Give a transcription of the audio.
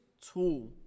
tool